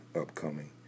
upcoming